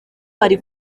bari